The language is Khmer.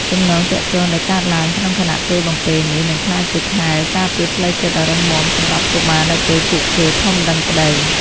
ចំណងទាក់ទងដែលកើតឡើងក្នុងខណៈពេលបំពេនេះ នឹងក្លាយជាខែលការពារផ្លូវចិត្តដ៏រឹងមាំសម្រាប់កុមារនៅពេលពួកគេធំដឹងក្តី